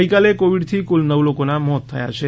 ગઇકાલે કોવિડથી કુલ નવ લોકોના મોત થયા છે